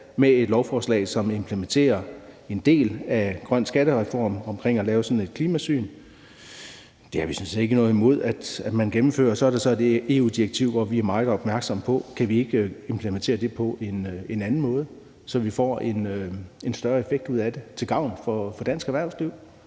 med et lovforslag, som implementerer en del af den grønne skattereform omkring at lave sådan et klimasyn. Det har vi sådan set ikke noget imod at man gennemfører. Og så er der et EU-direktiv, hvor vi er meget opmærksomme på, om ikke vi kan implementere det på en anden måde, så vi får en større effekt ud af det til gavn for dansk erhvervsliv.